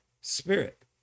spirit